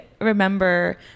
remember